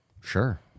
Sure